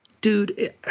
Dude